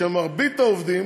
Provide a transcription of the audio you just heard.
למרבית העובדים